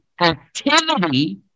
activity